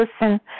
listen